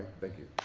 thank you.